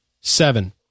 Seven